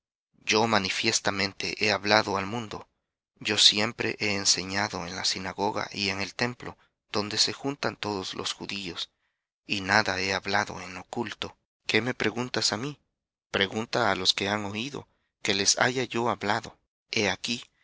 yo manifiestamente he hablado al mundo yo siempre he enseñado en la sinagoga y en el templo donde se juntan todos los judíos y nada he hablado en oculto qué me preguntas á mí pregunta á los que han oído qué les haya yo hablado he aquí